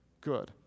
good